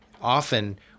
often